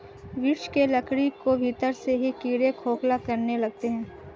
वृक्ष के लकड़ी को भीतर से ही कीड़े खोखला करने लगते हैं